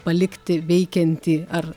palikti veikiantį ar